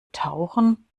tauchen